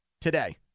today